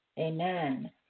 Amen